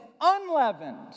unleavened